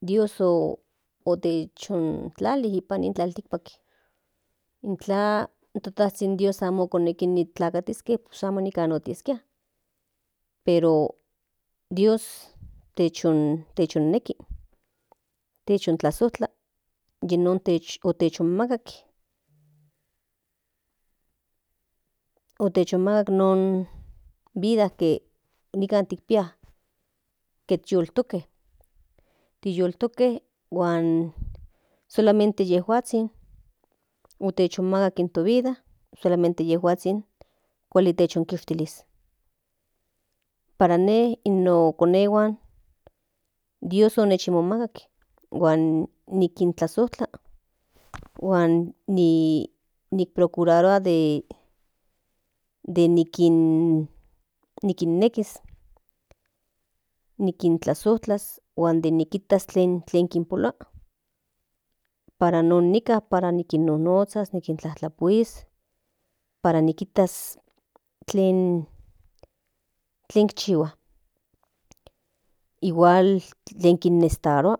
dios otechklali nipan nin tlaltikpak intla in to tazhin dios amo koneki otlakatiske pues amo nijkan otiaskia pero dios techoneki techontlazojtla yi non otechonmaka non vida tlen neki pia ketyiultuke huan solamente inyejuazhin otechonmaka in to vida solamente inyejuazhin kuali otechokonkishtilis para in ne no konehuan dios otechmajmaka huan nikintlazojtla huan ni procurarua de de nikinnekis nikintlazojtlas huan de nikijtas tlen polua para non nika para nonozhas para kintlapuis para nikitas tlen chihuas igual tlen kinecesitarua